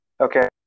Okay